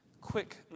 quick